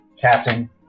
Captain